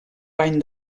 bany